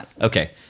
Okay